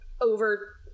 over